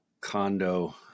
condo